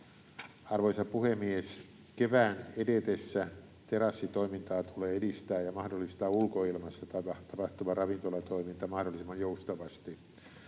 Arvoisa puhemies! Kevään edetessä terassitoimintaa tulee edistää ja mahdollistaa ulkoilmassa tapahtuva ravintolatoiminta mahdollisimman joustavasti.